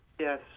Yes